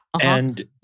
And-